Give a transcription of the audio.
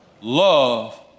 Love